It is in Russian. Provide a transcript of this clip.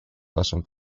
вашим